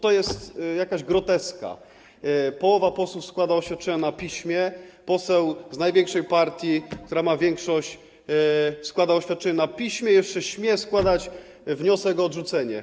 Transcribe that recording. To jest jakaś groteska, połowa posłów składa oświadczenia na piśmie, poseł z największej partii, która ma większość, składa oświadczenie na piśmie, jeszcze śmie składać wniosek o odrzucenie.